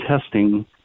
testing